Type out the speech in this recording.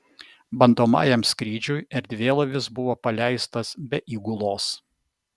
bandomajam skrydžiui erdvėlaivis buvo paleistas be įgulos